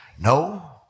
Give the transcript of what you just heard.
No